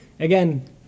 Again